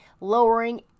lowering